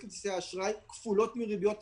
עלויות כרטיסי האשראי כפולות מריביות הבנקים.